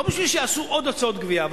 ולא בשביל שיעשו עוד הוצאות גבייה.